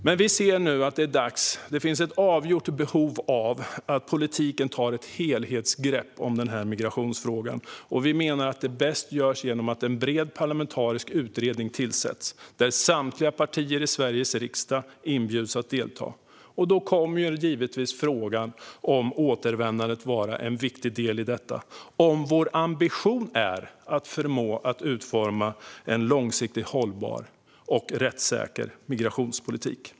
Men det finns ett avgjort behov av att politiken tar ett helhetsgrepp om denna migrationsfråga. Vi menar att det bäst görs genom att en bred parlamentarisk utredning tillsätts där samtliga partier i Sveriges riksdag inbjuds att delta. Där kommer givetvis frågan om återvändandet att vara en viktig del om vår ambition är att förmå att utforma en långsiktigt hållbar och rättssäker migrationspolitik.